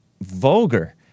vulgar